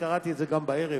קראתי את זה גם בערב,